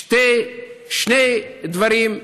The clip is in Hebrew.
שני דברים,